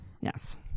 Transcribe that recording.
Yes